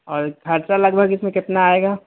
اور خرچہ لگ بھگ اس میں کتنا آئے گا